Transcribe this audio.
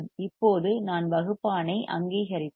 இப்போது நான் வகுப்பானை அங்கீகரித்தால்